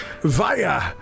via